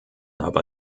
aber